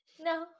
no